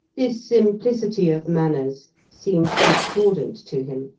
this simplicity of manners seemed discordant to him.